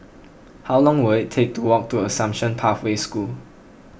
how long will take to walk to Assumption Pathway School